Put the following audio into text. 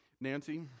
Nancy